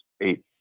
eight